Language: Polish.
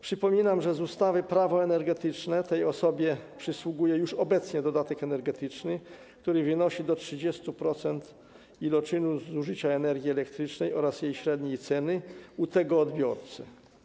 Przypominam, że na mocy ustawy - Prawo energetyczne tej osobie przysługuje już obecnie dodatek energetyczny, który wynosi do 30% iloczynu limitu zużycia energii elektrycznej oraz jej średniej ceny u tego odbiorcy.